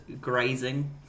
grazing